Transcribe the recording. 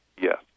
Yes